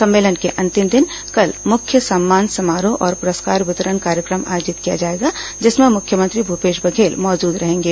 सम्मेलन के अंतिम दिन कल मुख्य सम्मान समारोह और प्रस्कार वितरण कार्यक्रम आयोजित किया जाएगा जिसमें मुख्यमंत्री भूपेश बधेल मौजूद रहेंगे